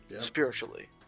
spiritually